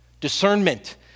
Discernment